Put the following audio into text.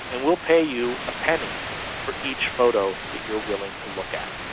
and we'll pay you a penny for each photo that you are willing to look at.